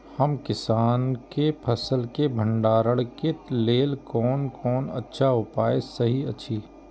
हम किसानके फसल के भंडारण के लेल कोन कोन अच्छा उपाय सहि अछि?